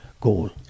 goal